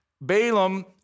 Balaam